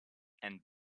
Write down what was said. and